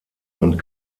und